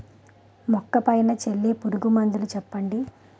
మొక్క పైన చల్లే పురుగు మందులు చెప్పండి?